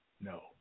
No